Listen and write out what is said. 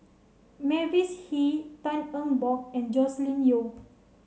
Mavis Hee Tan Eng Bock and Joscelin Yeo